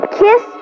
kiss